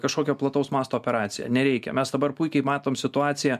kažkokią plataus masto operaciją nereikia mes dabar puikiai matom situaciją